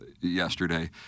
yesterday